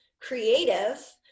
creative